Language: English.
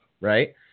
right